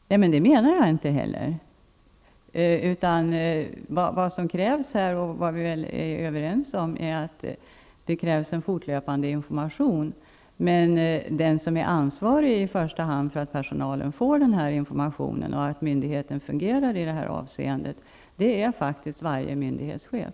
Herr talman! Det menar jag inte heller att man skall kunna göra. Vad vi väl är överens om här är att det krävs fortlöpande information. Men den som i första hand är ansvarig för att personalen får den informationen och att myndigheten fungerar i det här avseendet är faktiskt varje myndighetschef.